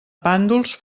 pàndols